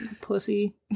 Pussy